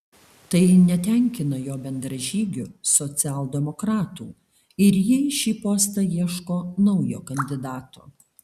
tai netenkina jo bendražygių socialdemokratų ir jie į šį postą ieško naujo kandidato